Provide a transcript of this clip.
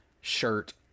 shirt